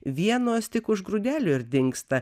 vienos tik už grūdelių ir dingsta